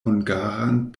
hungaran